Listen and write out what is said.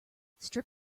strip